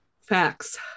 facts